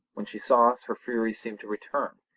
when she saw us her fury seemed to return,